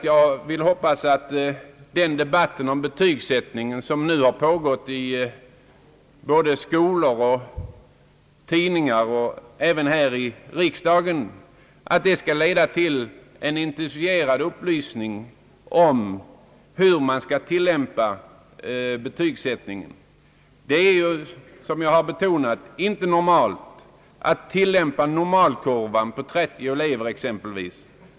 Jag hoppas att den debatt om betygssättningen, som nu har pågått i skolor, i tidningar och även här i riksdagen, skall leda till en intensifierad upplysning om hur betygssättningen skall tilllämpas. Det är ju, som jag har betonat, inte normalt att tillämpa normalkurvan på 30 elever.